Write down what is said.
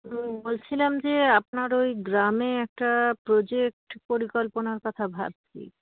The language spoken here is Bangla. হুম বলছিলাম যে আপনার ওই গ্রামে একটা প্রোজেক্ট পরিকল্পনার কথা ভাবছি